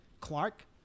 Clark